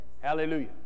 Hallelujah